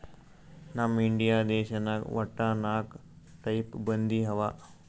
ನಮ್ ಇಂಡಿಯಾ ದೇಶನಾಗ್ ವಟ್ಟ ನಾಕ್ ಟೈಪ್ ಬಂದಿ ಅವಾ